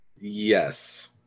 Yes